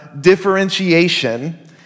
differentiation